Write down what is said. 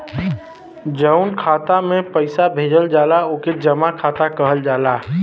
जउन खाता मे पइसा भेजल जाला ओके जमा खाता कहल जाला